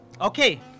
Okay